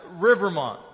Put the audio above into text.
Rivermont